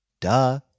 duh